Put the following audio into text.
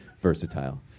Versatile